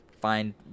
find